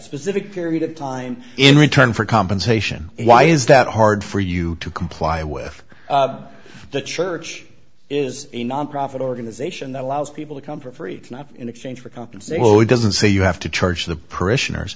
pacific period of time in return for compensation why is that hard for you to comply with the church is a nonprofit organization that allows people to come for free in exchange for compensation doesn't say you have to charge the parishioners